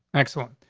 excellent.